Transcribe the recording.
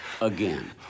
again